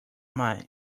mind